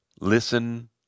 Listen